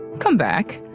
come back.